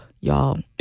y'all